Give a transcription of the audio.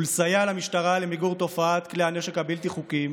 ולסייע למשטרה במיגור תופעת כלי הנשק הבלתי-חוקיים